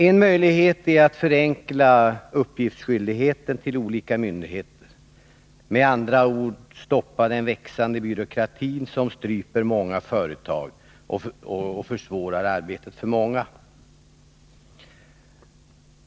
En möjlighet är att förenkla uppgiftsskyldigheten till olika myndigheter, med andra ord stoppa den växande byråkratin som stryper många företag och försvårar arbetet för många.